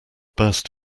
burst